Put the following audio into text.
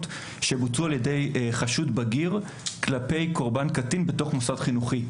שבוצעו על ידי חשוד בגיר כלפי קורבן קטין בתוך מוסד חינוכי.